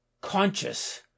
conscious